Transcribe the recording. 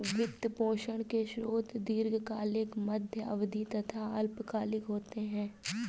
वित्त पोषण के स्रोत दीर्घकालिक, मध्य अवधी तथा अल्पकालिक होते हैं